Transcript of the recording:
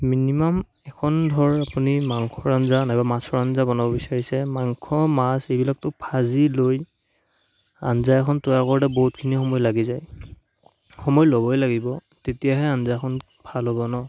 minimum এখন ধৰক আপুনি মাংসৰ আঞ্জা নাইবা মাছৰ আঞ্জা বনাব বিচাৰিছে মাংস মাছ এইবিলাকটো ভাজি লৈ আঞ্জা এখন তৈয়াৰ কৰোঁতে বহুতখিনি সময় লাগি যায় সময় ল'বই লাগিব তেতিয়াহে আঞ্জাখন ভাল হ'ব ন